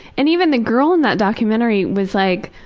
and even the girl in that documentary was like,